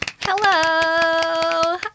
Hello